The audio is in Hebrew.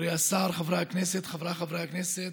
חברי השר, חבריי חברי הכנסת.